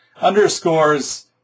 underscores